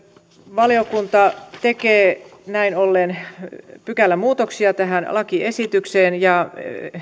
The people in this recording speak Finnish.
valiokunta tekee näin ollen pykälämuutoksia tähän lakiesitykseen ja